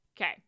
Okay